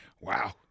Wow